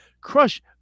Crush